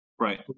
Right